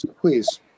please